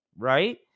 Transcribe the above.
Right